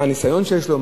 מה הניסיון שיש לו,